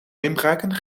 inbraken